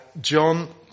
John